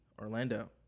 Orlando